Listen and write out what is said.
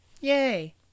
Yay